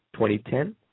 2010